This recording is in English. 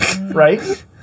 right